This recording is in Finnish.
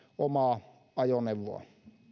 omaa ajoneuvoaan